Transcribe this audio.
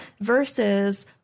versus